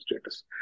status